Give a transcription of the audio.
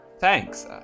Thanks